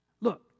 Look